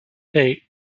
eight